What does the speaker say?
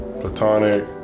platonic